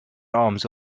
arms